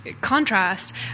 contrast